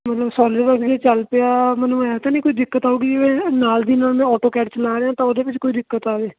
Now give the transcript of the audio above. ਮਤਲਬ solid work ਜੇ ਚੱਲ ਪਿਆ ਮੈਨੂੰ ਐਂ ਤਾਂ ਨਹੀਂ ਕੋਈ ਦਿੱਕਤ ਆਵੇਗੀ ਵੇ ਨਾਲ਼ ਦੀ ਨਾਲ਼ ਮੈਂ ਓਟੋਕੈਟ ਚਲਾ ਰਿਹਾਂ ਤਾਂ ਉਹ ਦੇ ਵਿੱਚ ਕੋਈ ਦਿੱਕਤ ਆਵੇ